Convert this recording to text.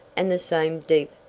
and the same deep,